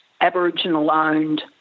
Aboriginal-owned